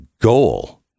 goal